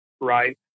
Right